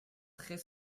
très